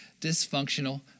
dysfunctional